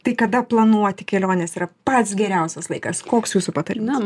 tai kada planuoti keliones yra pats geriausias laikas koks jūsų patarimas